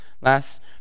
last